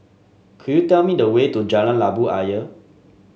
could you tell me the way to Jalan Labu Ayer